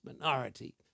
minority